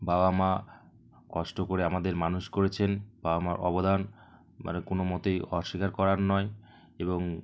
বাবা মা কষ্ট করে আমাদের মানুষ করেছেন বাবা মার অবদান মানে কোনও মতেই অস্বীকার করার নয় এবং